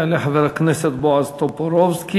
יעלה חבר הכנסת בועז טופורובסקי,